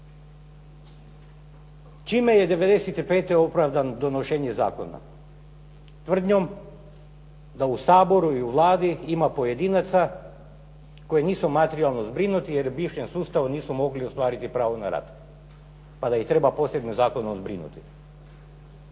Čime je '95. opravdano donošenje zakona? Tvrdnjom da u Saboru i u Vladi ima pojedinaca koji nisu materijalno zbrinuti jer u bivšem sustavu nisu mogli ostvariti pravo na rad pa da ih treba posebno zakonom zbrinuti.